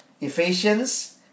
Ephesians